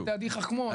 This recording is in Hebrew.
בדיוק.